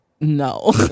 no